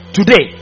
Today